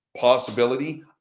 possibility